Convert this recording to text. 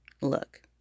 Look